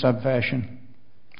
some fashion